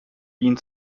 ihn